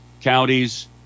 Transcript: counties